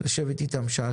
שתשבו גם איתו.